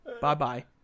Bye-bye